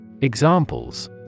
Examples